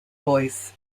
voice